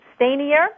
Stainier